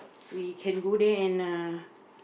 we can go there and uh